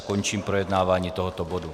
Končím projednávání tohoto bodu.